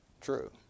true